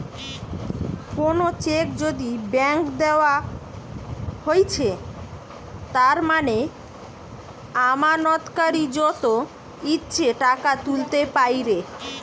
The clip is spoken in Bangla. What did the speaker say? কোনো চেক যদি ব্ল্যাংক দেওয়া হৈছে তার মানে আমানতকারী যত ইচ্ছে টাকা তুলতে পাইরে